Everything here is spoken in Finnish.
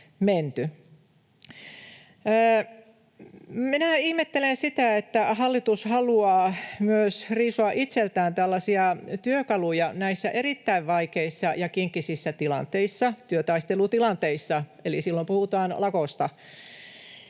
Minä ihmettelen sitä, että hallitus haluaa myös riisua itseltään tällaisia työkaluja näissä erittäin vaikeissa ja kinkkisissä tilanteissa, työtaistelutilanteissa, eli silloin puhutaan lakosta.